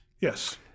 Yes